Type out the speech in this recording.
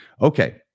Okay